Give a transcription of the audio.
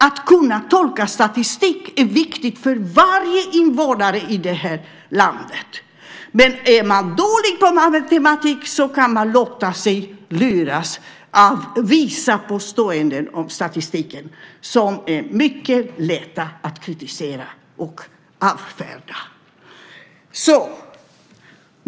Att kunna tolka statistik är viktigt för varje invånare i det här landet. Men är man dålig i matematik kan man låta sig luras av vissa påståenden om statistiken som det är mycket lätt att kritisera och avfärda.